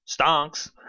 stonks